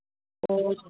ଓହୋ